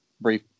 brief